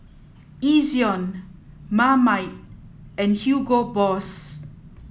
Ezion Marmite and Hugo Boss